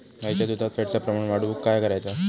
गाईच्या दुधात फॅटचा प्रमाण वाढवुक काय करायचा?